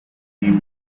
deep